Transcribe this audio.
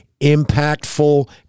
impactful